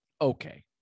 okay